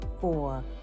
four